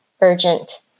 urgent